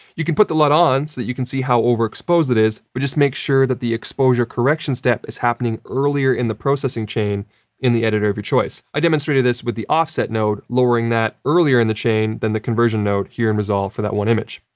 you can put the lut on so that you can see how overexposed it is, but just make sure that the exposure correction step is happening earlier in the processing chain in the editor of your choice. i demonstrated this with the offset node, lowering that earlier in the chain than the conversion node here in resolve for that one image.